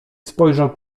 spojrzał